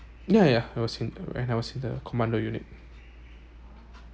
yeah yeah I was in uh when I was in the commando unit